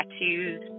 tattoos